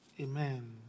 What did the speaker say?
Amen